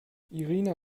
irina